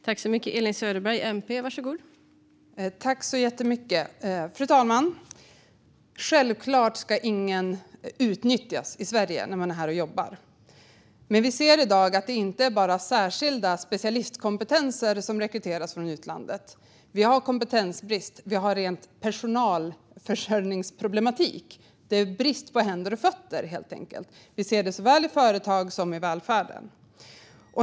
Fru talman! Tack så jättemycket, statsrådet! Självklart ska inte någon utnyttjas i Sverige när de är här och jobbar. Men vi ser i dag att det inte bara är särskilda specialistkompetenser som rekryteras från utlandet. Vi har kompetensbrist och personalförsörjningsproblematik. Det är brist på händer och fötter helt enkelt. Vi ser det såväl i företag som i välfärden.